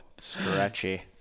Stretchy